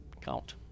count